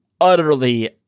utterly